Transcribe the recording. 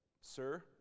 sir